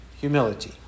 humility